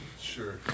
Sure